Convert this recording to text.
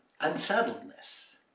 Unsettledness